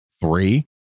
three